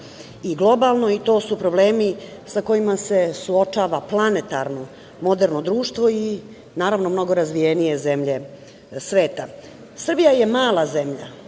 i globalno i to su problemi sa kojima se suočava planetarno moderno društvo i naravno mnogo razvijenije zemlje sveta. Srbija je mala zemlja